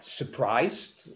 surprised